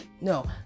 No